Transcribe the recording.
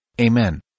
Amen